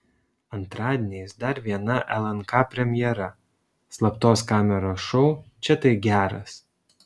antradieniais dar viena lnk premjera slaptos kameros šou čia tai geras